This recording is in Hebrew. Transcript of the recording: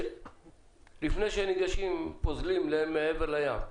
לפני שניגשים ופוזלים אל מעבר לים.